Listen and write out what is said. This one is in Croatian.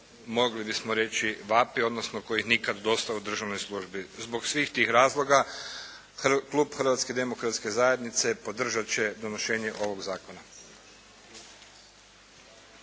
mogli bismo reći vapi, odnosno kojih nikad dosta u državnoj službi. Zbog svih tih razloga Klub Hrvatske demokratske zajednice podržat će donošenje ovog zakona.